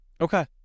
Okay